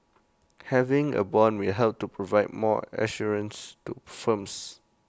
having A Bond may help to provide more assurance to firms